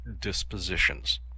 dispositions